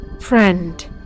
Friend